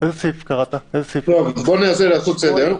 בוא ננסה לעשות סדר.